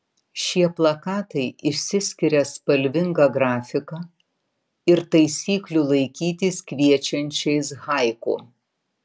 šie plakatai išsiskiria spalvinga grafika ir taisyklių laikytis kviečiančiais haiku